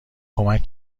کمک